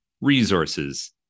resources